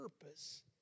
purpose